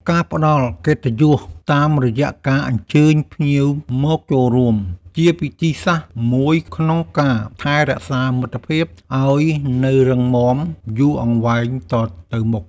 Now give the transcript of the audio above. ការផ្ដល់កិត្តិយសតាមរយៈការអញ្ជើញភ្ញៀវមកចូលរួម ជាវិធីសាស្រ្តមួយក្នុងការថែរក្សាមិត្តភាពឱ្យនៅរឹងមាំយូរអង្វែងតទៅមុខ។